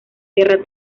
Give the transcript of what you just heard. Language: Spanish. guerra